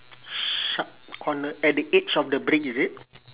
sharp corner at the edge of the brick is it